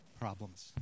problems